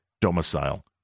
domicile